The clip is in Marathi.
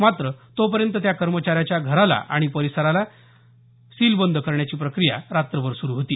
मात्र तोपर्यंत त्या कर्मचाऱ्याच्या घराला आणि परिसराला सील करण्याची प्रक्रिया रात्रभर सुरू होती